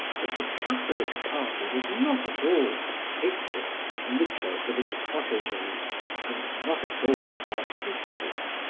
but the catholic party was not at all particular in the choice of its proteges and not at all artistic.